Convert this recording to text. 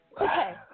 okay